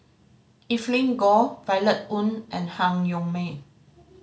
Evelyn Goh Violet Oon and Han Yong May